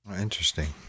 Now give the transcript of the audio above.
Interesting